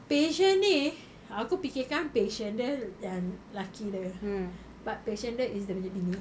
patient ni aku fikir kan patient dia yang laki dia but patient dia is dia punya bini